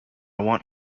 want